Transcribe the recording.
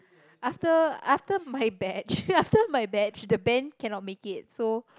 after after my batch after my batch the band cannot make it so